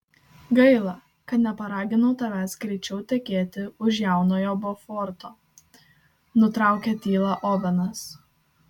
gaila kad neparaginau tavęs greičiau tekėti už jaunojo boforto nutraukė tylą ovenas